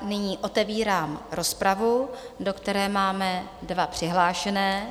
Nyní otevírám rozpravu, do které máme dva přihlášené.